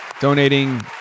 donating